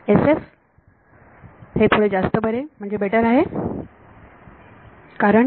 SF हे थोडे जास्त बरे म्हणजे बेटर आहे कारण